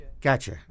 Gotcha